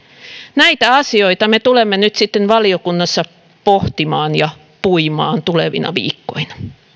näitä asioita me tulemme nyt sitten valiokunnassa pohtimaan ja puimaan tulevina viikkoina